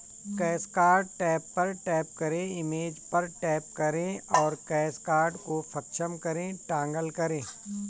cash card tab पर tap करें, image पर टैप करें और कैश कार्ड को सक्षम करें टॉगल करें